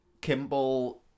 Kimball